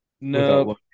No